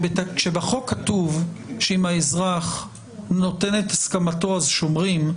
כשבחוק כתוב שאם האזרח נותן את הסכמתו אז שומרים,